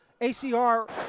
ACR